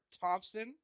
Thompson